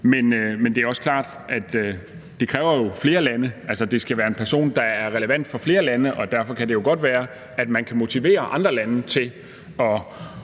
men det er også klart, at det jo kræver flere lande. Altså, det skal være en person, der er relevant for flere lande, og derfor kan det jo godt være, at man kan motivere andre lande til at